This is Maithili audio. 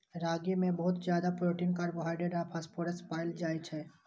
रागी मे बहुत ज्यादा प्रोटीन, कार्बोहाइड्रेट आ फास्फोरस पाएल जाइ छै